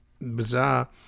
bizarre